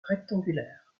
rectangulaire